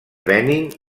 benín